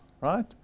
Right